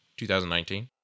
2019